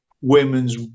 women's